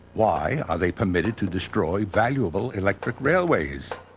why are they permitted to destroy valuable electric railways?